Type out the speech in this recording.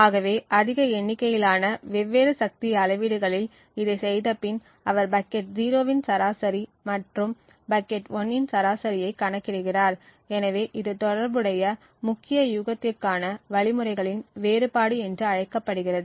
ஆகவே அதிக எண்ணிக்கையிலான வெவ்வேறு சக்தி அளவீடுகளில் இதைச் செய்தபின் அவர் பக்கெட் 0 இன் சராசரி மற்றும் பக்கெட் 1 இன் சராசரியைக் கணக்கிடுகிறார் எனவே இது தொடர்புடைய முக்கிய யூகத்திற்கான வழிமுறைகளின் வேறுபாடு என்று அழைக்கப்படுகிறது